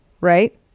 Right